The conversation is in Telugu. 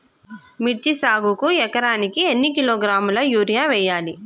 మిర్చి సాగుకు ఎకరానికి ఎన్ని కిలోగ్రాముల యూరియా వేయాలి?